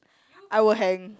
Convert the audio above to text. I will hang